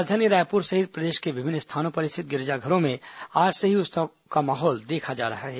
राजधानी रायपुर सहित प्रदेश के विभिन्न स्थानों पर स्थित गिरिजाघरों में आज से ही उत्सव का माहौल देखा जा रहा है